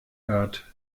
hört